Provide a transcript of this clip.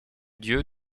dieux